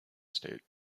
state